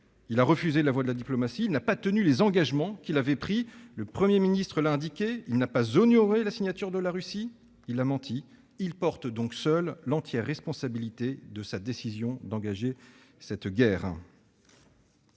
Il a refusé la voix de la diplomatie, il n'a pas tenu les engagements qu'il avait pris- le Premier ministre l'a rappelé -, il n'a pas honoré la signature de la Russie, il a menti : il porte donc seul l'entière responsabilité de sa décision d'engager cette guerre.